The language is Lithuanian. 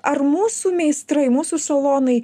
ar mūsų meistrai mūsų salonai